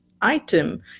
item